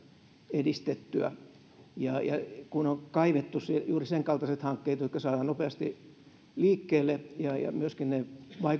edistettyä kun on kaivettu juuri sen kaltaiset hankkeet jotka saadaan nopeasti liikkeelle ja ja myöskin ne